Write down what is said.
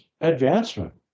advancement